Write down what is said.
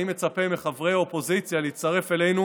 אני מצפה מחברי האופוזיציה להצטרף אלינו.